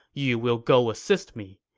you will go assist me.